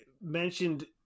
mentioned